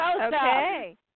Okay